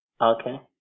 Okay